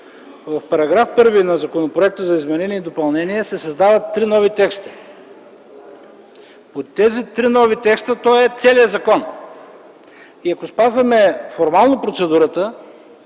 В § 1 от Законопроекта за изменение и допълнение се създават три нови текста. От тези три нови текста се състои целият законопроект. И ако спазваме формално процедурата